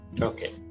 okay